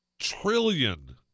trillion